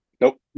Nope